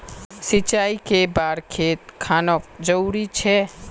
सिंचाई कै बार खेत खानोक जरुरी छै?